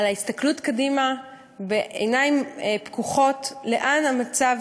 על ההסתכלות קדימה בעיניים פקוחות לאן המצב